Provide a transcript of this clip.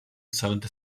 seventy